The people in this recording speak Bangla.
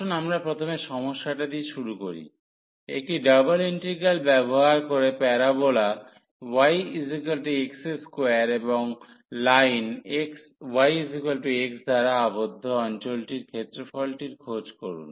আসুন আমরা প্রথম সমস্যাটা দিয়ে শুরু করি একটি ডাবল ইন্টিগ্রাল ব্যবহার করে প্যারোবালা yx2 এবং লাইন yx দ্বারা আবদ্ধ অঞ্চলটির ক্ষেত্রফলটির খোঁজ করুন